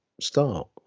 start